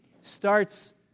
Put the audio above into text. starts